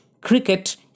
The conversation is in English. cricket